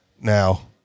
now